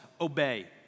obey